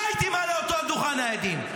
לא הייתי מעלה אותו לדוכן העדים.